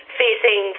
facing